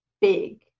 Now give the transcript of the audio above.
big